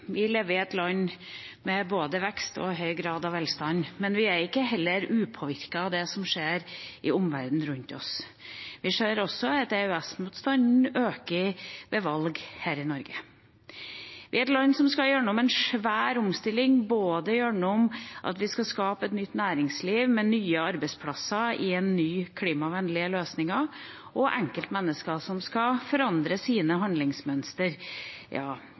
vi heldige. Vi lever i et land med både vekst og høy grad av velstand. Men vi er heller ikke upåvirket av det som skjer i verden rundt oss. Vi ser også at EØS-motstanden øker ved valg her i Norge. Vi er et land som skal gjennom en svær omstilling, gjennom at vi skal skape et nytt næringsliv med nye arbeidsplasser og nye klimavennlige løsninger, og enkeltmennesker skal forandre sine handlingsmønster. Ja,